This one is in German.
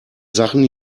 sachen